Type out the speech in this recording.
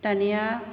दानिया